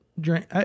drink